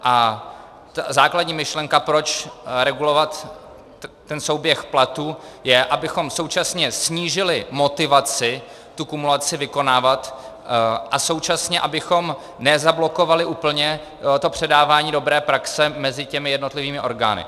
A základní myšlenka, proč regulovat ten souběh platů, je, abychom současně snížili motivaci tu kumulaci vykonávat a současně abychom nezablokovali úplně to předávání dobré praxe mezi jednotlivými orgány.